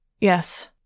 Yes